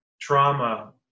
trauma